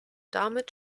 damit